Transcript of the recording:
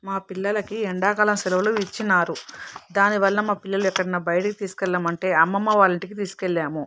మా పిల్లలకి ఎండాకాలం సెలవులు ఇచ్చినారు దానివల్ల మా పిల్లలు ఎక్కడికైనా బయటికి తీసుకు వెళ్ళమంటే అమ్మమ్మ వాళ్ళ ఇంటికి తీసుకువెళ్లాము